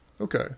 Okay